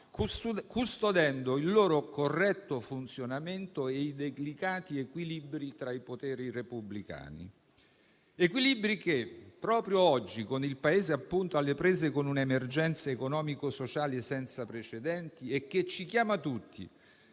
custodendo il loro corretto funzionamento e i delicati equilibri tra i poteri repubblicani. Tali equilibri proprio oggi, con il Paese appunto alle prese con un'emergenza economico-sociale senza precedenti e che ci chiama tutti